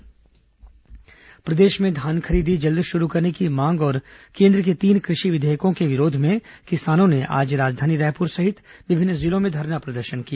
किसान प्रदर्शन प्रदेश में धान खरीदी जल्द शुरू करने की मांग और केन्द्र के तीन कृषि विधेयकों के विरोध में किसानों ने आज राजधानी रायपुर सहित विभिन्न जिलों में धरना प्रदर्शन किया